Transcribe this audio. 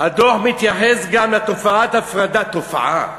הדוח מתייחס גם לתופעת הפרדה, "תופעה",